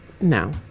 no